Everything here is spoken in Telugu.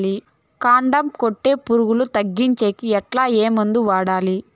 కాండం కొట్టే పులుగు తగ్గించేకి ఎట్లా? ఏ మందులు వాడాలి?